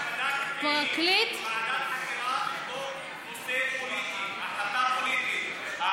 ועדת חקירה או נושא פוליטי, החלטה פוליטית.